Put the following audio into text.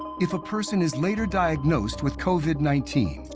if a person is later diagnosed with covid nineteen,